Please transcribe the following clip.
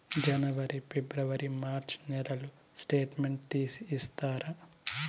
జనవరి, ఫిబ్రవరి, మార్చ్ నెలల స్టేట్మెంట్ తీసి ఇస్తారా?